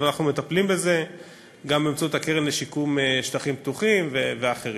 אבל אנחנו מטפלים בזה גם באמצעות הקרן לשיקום שטחים פתוחים ואחרים.